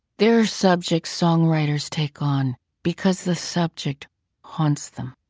there are subjects songwriters take on because the subject haunts them.